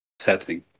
setting